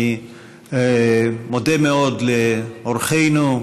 אני מודה מאוד לאורחינו,